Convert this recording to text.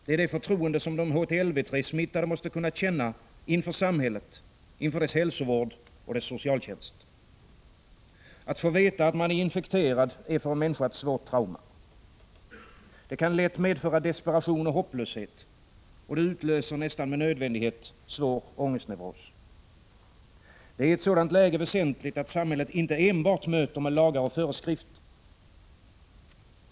Det är det förtroende som de HTLV-III-smittade måste kunna känna inför samhället, dess hälsovård och dess socialtjänst. Att få veta att man är infekterad är för en människa ett svårt trauma. Det kan lätt medföra desperation och hopplöshet, och det utlöser nästan med nödvändighet svår ångestneuros. Det är i ett sådant läge väsentligt att samhället inte enbart möter med lagar och Prot. 1985/86:109 föreskrifter.